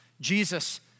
Jesus